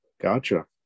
Gotcha